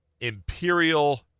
Imperial